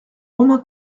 romain